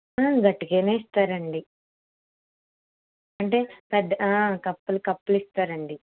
గట్టిగా ఇస్తారండి అంటే పెద్ద కప్పులు కప్పులు ఇస్తారు అండి